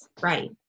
Right